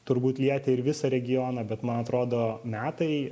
turbūt lietė ir visą regioną bet man atrodo metai